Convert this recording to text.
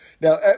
Now